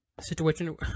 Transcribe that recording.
situation